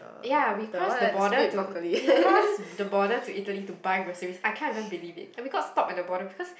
ya we cross the border to we cross the border to Italy to buy groceries I cannot even believe it and we got stopped at the border because